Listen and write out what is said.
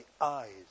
eyes